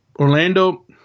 Orlando